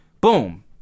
Boom